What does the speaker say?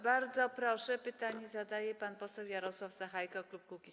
Bardzo proszę, pytanie zadaje pan poseł Jarosław Sachajko, klub Kukiz’15.